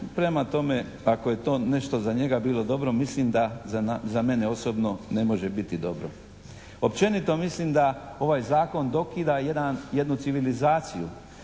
Prema tome, ako je to nešto za njega bilo dobro mislim da za mene osobno ne može biti dobro. Općenito mislim da ovaj zakon dokida jednu civilizaciju